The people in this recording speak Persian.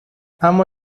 اما